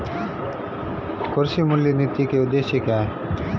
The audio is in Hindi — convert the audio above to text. कृषि मूल्य नीति के उद्देश्य क्या है?